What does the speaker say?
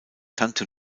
tante